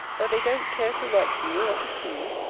that they don't care to write to you, or to see you!